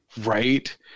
Right